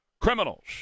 criminals